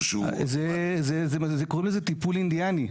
שהוא --- קוראים לזה טיפול אינדיאני.